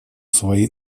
свои